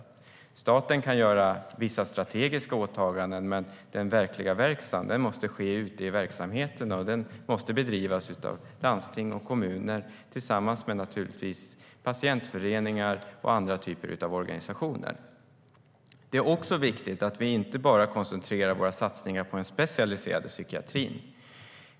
Staten kan göra vissa strategiska åtaganden, men den verkliga verkstan måste ske ute i verksamheterna. Den måste bedrivas av landsting och kommuner tillsammans med, naturligtvis, patientföreningar och andra typer av organisationer. Det är också viktigt att vi inte bara koncentrerar våra satsningar på den specialiserade psykiatrin.